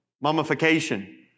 Mummification